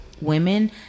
women